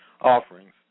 offerings